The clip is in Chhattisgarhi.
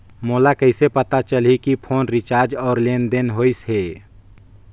मोला कइसे पता चलही की फोन रिचार्ज और लेनदेन होइस हे?